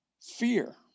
Fear